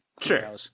Sure